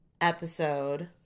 episode